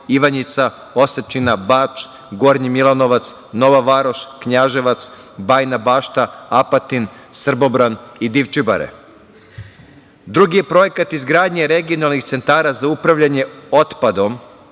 Ivanjica, Osečina, Bač, Gornji Milanovac, Nova Varoš, Knjaževac, Bajina Bašta, Apatin, Srbobran i Divčibare. Drugi je projekat izgradnje regionalnih centara za upravljanje otpadom,